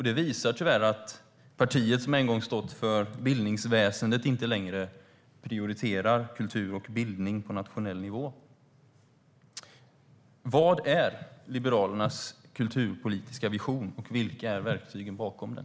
Det visar tyvärr att det parti som en gång stod för bildningsväsendet inte längre prioriterar kultur och bildning på nationell nivå. Vad är Liberalernas kulturpolitiska vision, och vilka är verktygen bakom den?